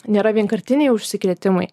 nėra vienkartiniai užsikrėtimai